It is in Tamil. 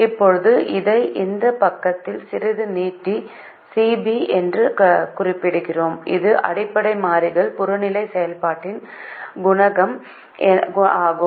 இப்போது இதை இந்த பக்கத்தில் சிறிது நீட்டித்து சிபி என்று குறிப்பிடுகிறோம் இது அடிப்படை மாறிகளின் புறநிலை செயல்பாட்டின் குணகம் ஆகும்